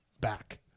back